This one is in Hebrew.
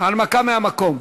הנמקה מהמקום.